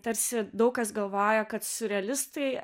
tarsi daug kas galvoja kad siurrealistai